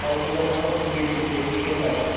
پر kilometre ٹھٹی rupees A C کے ساتھ